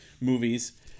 movies